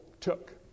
took